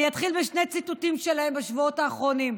אני אתחיל בשני ציטוטים שלהם מהשבועות האחרונים.